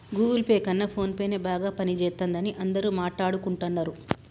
Google Pay కన్నా ఫోన్పేనే బాగా పనిజేత్తందని అందరూ మాట్టాడుకుంటన్నరు